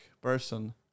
person